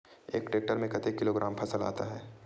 एक टेक्टर में कतेक किलोग्राम फसल आता है?